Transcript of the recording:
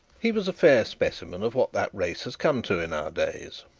he was a fair specimen of what that race has come to in our days,